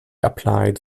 applied